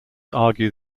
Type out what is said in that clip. argue